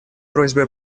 просьбой